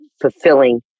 fulfilling